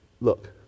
look